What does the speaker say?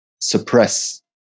suppress